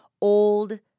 old